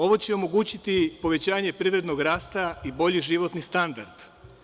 Ovo će omogućiti povećanje privrednog rasta i bolji životni standard.